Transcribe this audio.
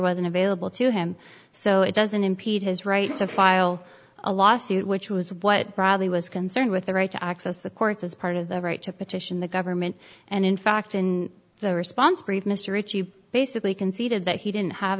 wasn't available to him so it doesn't impede his right to file a lawsuit which was what bradley was concerned with the right to access the courts as part of the right to petition the government and in fact in the response brief mr rich you basically conceded that he didn't have